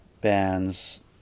bands